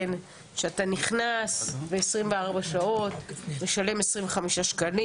שאתה נכנס אליהם ל-24 שעות ומשלם 25 שקלים.